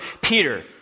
Peter